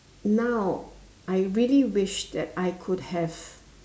now I really wish that I could have